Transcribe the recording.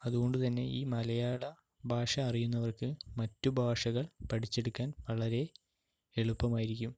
അതുകൊണ്ടു തന്നെ ഈ മലയാളഭാഷ അറിയുന്നവർക്ക് മറ്റു ഭാഷകൾ പഠിച്ചെടുക്കാൻ വളരെ എളുപ്പമായിരിക്കും